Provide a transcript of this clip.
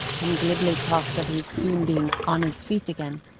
and glibly talked of his soon being on his feet again,